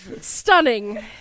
Stunning